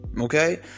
Okay